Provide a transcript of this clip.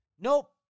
Nope